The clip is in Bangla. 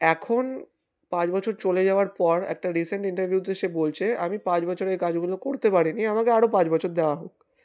এখন পাঁচ বছর চলে যাওয়ার পর একটা রিসেন্ট ইন্টারভিউতে সে বলছে আমি পাঁচ বছর এই কাজগুলো করতে পারিনি আমাকে আরও পাঁচ বছর দেওয়া হোক